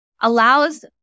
allows